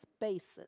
basis